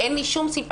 אין לי כל סימפטיה.